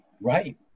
Right